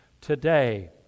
today